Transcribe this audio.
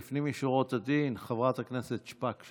לפנים משורת הדין, חברת הכנסת שפק.